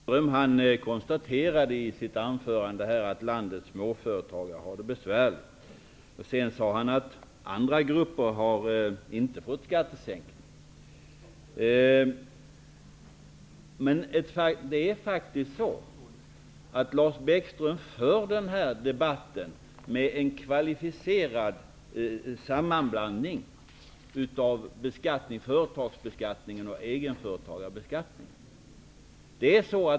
Herr talman! Lars Bäckström konstaterar i sitt anförande att landets småföretagare har det besvärligt. Han sade vidare att andra grupper inte har fått skattesänkning. Lars Bäckström för emellertid den här debatten med en kvalificerad sammanblandning av företagsbeskattning och egenföretagarbeskattning.